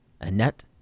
Annette